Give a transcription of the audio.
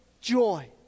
joy